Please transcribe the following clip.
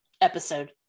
Episode